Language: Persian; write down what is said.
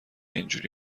اینجوری